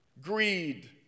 Greed